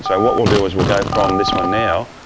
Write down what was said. so what we'll do is we'll go from this one now,